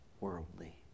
worldly